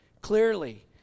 Clearly